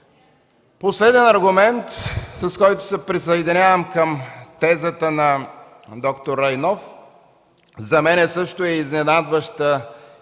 Последен аргумент, с който се присъединявам към тезата на д р Райнов. За мен също е изненадваща